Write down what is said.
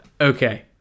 Okay